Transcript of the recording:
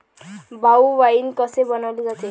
भाऊ, वाइन कसे बनवले जाते?